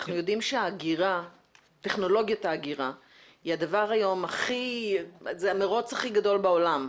אנחנו יודעים שטכנולוגיית האגירה היום היא המרוץ בעולם.